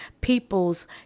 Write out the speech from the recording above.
people's